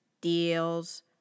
deals